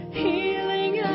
healing